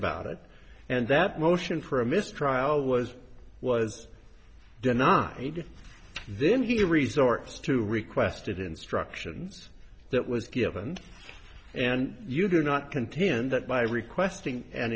about it and that motion for a mistrial was was denied then he resorts to requested instructions that was given and you do not contend that by requesting an